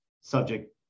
subject